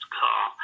car